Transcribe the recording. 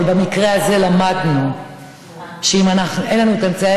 אבל במקרה הזה למדנו שאם אין לנו את אמצעי